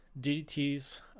DDT's